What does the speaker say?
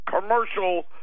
Commercial